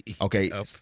Okay